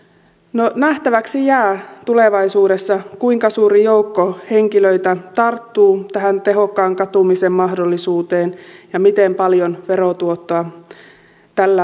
no nähtäväksi jää tulevaisuudessa kuinka suuri joukko henkilöitä tarttuu tähän tehokkaan katumisen mahdollisuuteen ja miten paljon verotuottoa tällä maallemme kertyy